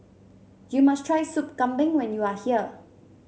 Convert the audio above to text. you must try Soup Kambing when you are here